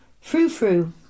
Fru-fru